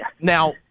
now